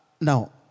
Now